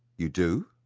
you do?